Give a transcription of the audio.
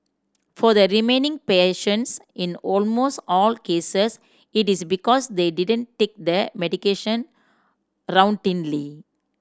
for the remaining patients in almost all cases it is because they didn't take the medication routinely